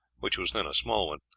which was then a small one.